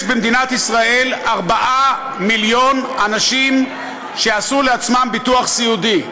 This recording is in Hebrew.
יש במדינת ישראל 4 מיליון אנשים שעשו לעצמם ביטוח סיעודי.